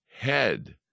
head